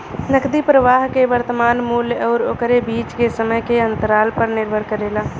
नकदी प्रवाह के वर्तमान मूल्य आउर ओकरे बीच के समय के अंतराल पर निर्भर करेला